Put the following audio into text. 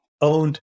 owned